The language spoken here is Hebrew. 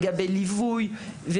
לגבי ליווי.